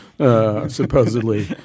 Supposedly